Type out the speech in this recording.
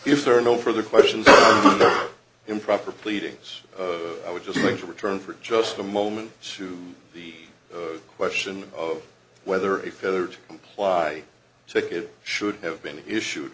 if there are no further questions or improper pleadings i would just like to return for just a moment to the question of whether a feather to comply to it should have been issued